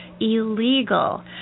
illegal